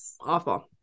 Awful